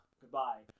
Goodbye